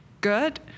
good